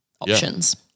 options